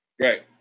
Right